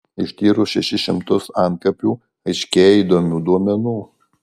ištyrus šešis šimtus antkapių aiškėja įdomių duomenų